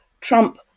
Trump